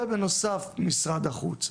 ובנוסף משרד החוץ.